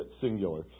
singular